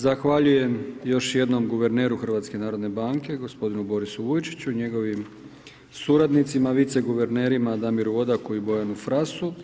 Zahvaljujem još jednom guverneru HNB-a gospodinu Borisu Vujčiću i njegovim suradnicima viceguvernerima Damiru Odaku i Bojanu Frasu.